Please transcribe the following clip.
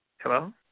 Hello